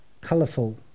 colourful